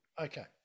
Okay